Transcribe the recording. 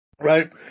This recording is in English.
Right